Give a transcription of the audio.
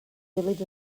village